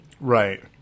Right